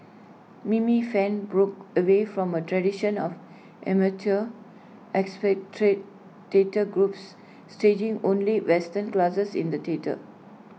Mimi fan broke away from A tradition of amateur expatriate data groups staging only western classics in the theatre